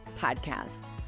podcast